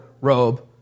robe